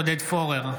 עודד פורר,